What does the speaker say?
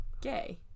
gay